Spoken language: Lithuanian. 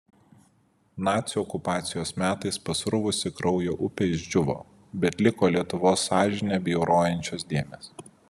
nacių okupacijos metais pasruvusi kraujo upė išdžiūvo bet liko lietuvos sąžinę bjaurojančios dėmės